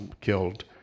killed